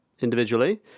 individually